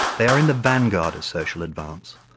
they are in the vanguard of social advance,